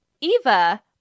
Eva